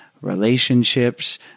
relationships